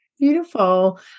Beautiful